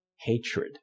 hatred